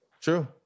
True